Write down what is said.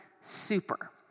super